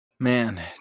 Man